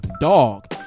dog